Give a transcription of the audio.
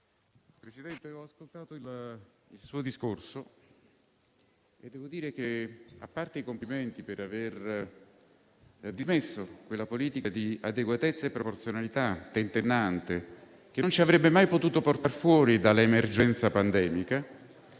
Consiglio, ho ascoltato il suo discorso e, a parte complimentarmi per aver dismesso quella politica di adeguatezza e proporzionalità tentennante che non ci avrebbe mai potuto portar fuori dall'emergenza pandemica,